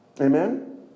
Amen